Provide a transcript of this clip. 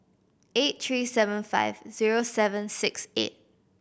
eight three seven five zero seven six eight